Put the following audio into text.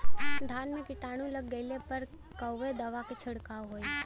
धान में कीटाणु लग गईले पर कवने दवा क छिड़काव होई?